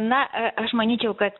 na aš manyčiau kad